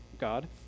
God